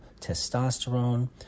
testosterone